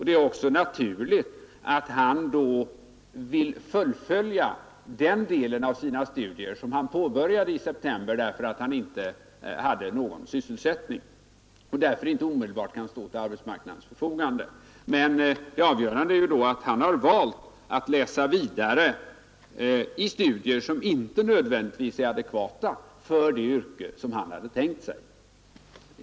Det är också naturligt att han vill fullfölja den del av sina studier som han påbörjade i september därför att han inte hade någon sysselsättning och att han därför inte omedelbart kan stå till arbetsmarknadens förfogande. Men det avgörande är då att han valt att läsa vidare och bedriver studier som inte nödvändigtvis är adekvata för det yrke som han hade tänkt sig.